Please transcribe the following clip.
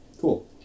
Cool